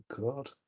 god